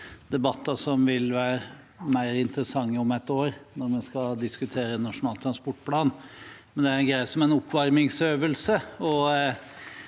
egentlig debatter som vil være mer interessante om et år, når vi skal diskutere Nasjonal transportplan. De er likevel greie som en oppvarmingsøvelse,